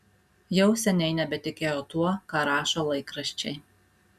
jau seniai nebetikėjo tuo ką rašo laikraščiai